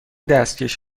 دستکش